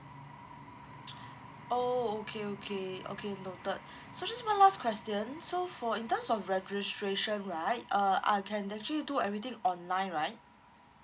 oh okay okay okay noted so just one last question so for in terms of registration right uh I can actually do everything online right